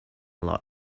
lot